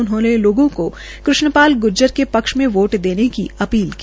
उन्होंने लोगों को कृष्ण पाल ग्र्जर के पक्ष में वोट देने की अपील की